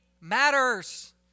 matters